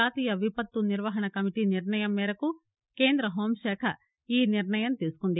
జాతీయ విపత్తు నిర్వహణ కమిటీ నిర్ణయం మేరకు కేంద హెూంశాఖ ఈ నిర్ణయం తీసుకొంది